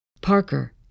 Parker